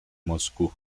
moscú